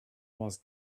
was